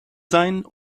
sein